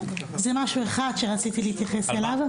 זה משהו אחד שרציתי להתייחס אליו.